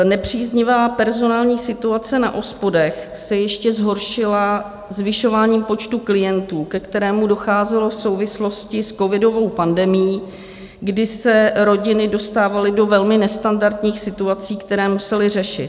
Nepříznivá personální situace na OSPODech se ještě zhoršila zvyšováním počtu klientů, ke kterému docházelo v souvislosti s covidovou pandemií, kdy se rodiny dostávaly do velmi nestandardních situací, které musely řešit.